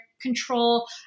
control